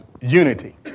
unity